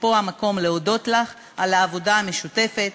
ופה המקום להודות לך על העבודה המשותפת.